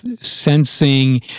sensing